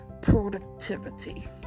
productivity